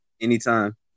anytime